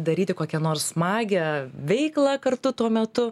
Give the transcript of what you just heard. daryti kokią nors smagią veiklą kartu tuo metu